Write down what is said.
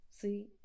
see